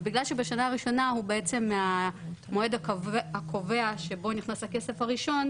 ובגלל שבשנה הראשונה הוא בעצם המועד הקובע שבו נכנס הכסף הראשון,